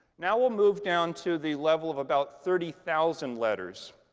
now, we'll move down to the level of about thirty thousand letters.